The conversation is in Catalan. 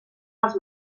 els